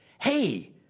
hey